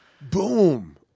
Boom